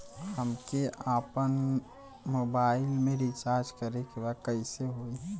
हमके आपन मोबाइल मे रिचार्ज करे के बा कैसे होई?